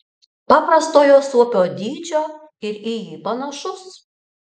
paprastojo suopio dydžio ir į jį panašus